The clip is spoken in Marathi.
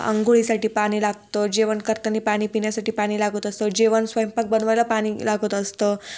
आंघोळीसाठी पाणी लागतं जेवण करताना पाणी पिण्यासाठी पाणी लागत असतं जेवण स्वयंपाक बनवायला पाणी लागत असतं